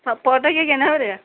സപ്പോട്ടയ്ക്കക്ക് ഒക്കെ എന്നാ വിലയാ